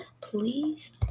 please